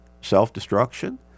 self-destruction